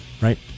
right